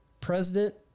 President